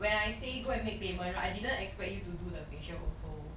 when I say go and make payment right I didn't expect you to do the facial also